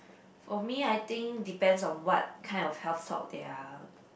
for me I think depends on what kind of health talk there are